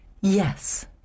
Yes